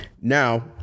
Now